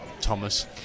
Thomas